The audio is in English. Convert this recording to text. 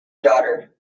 daughter